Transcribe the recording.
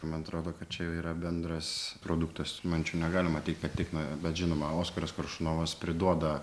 man atrodo kad čia jau yra bendras produktas man čia negalima teigt kad tik na bet žinoma oskaras koršunovas priduoda